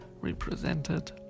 represented